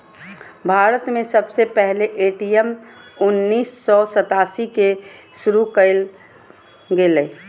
भारत में सबसे पहले ए.टी.एम उन्नीस सौ सतासी के शुरू कइल गेलय